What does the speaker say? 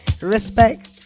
Respect